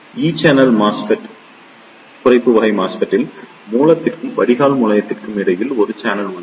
எனவே குறைப்பு வகை MOSFET இல் மூலத்திற்கும் வடிகால் முனையத்திற்கும் இடையில் ஒரு சேனல் உள்ளது